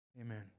Amen